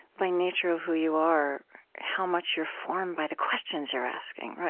by nature of who you are, how much you're formed by the questions you're asking,